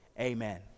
Amen